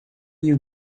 you